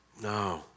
No